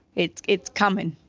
it's it's coming,